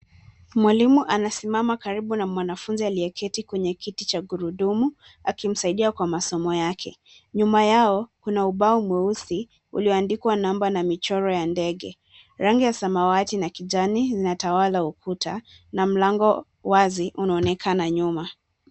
Mwalimu anasimama karibu na mwanafunzi aliyeketi kwenye kiti cha gurudumu, akimsaidia kwa masomo yake. Nyuma yao, kuna ubao mweusi ulio andikwa namba na michoro ya ndege. Rangi ya samawati na kijani, zinatawala ukuta, na mlango wazi unaonekana nyuma.